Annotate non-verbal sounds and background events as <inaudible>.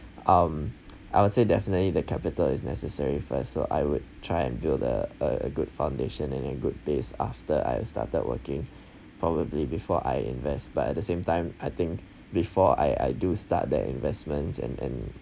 um <noise> I would say definitely the capital is necessary first so I would try and build the a a good foundation and then good base after I started working probably before I invest but at the same time I think before I I do start the investments and and